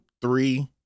three